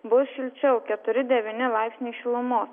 bus šilčiau keturi devyni laipsniai šilumos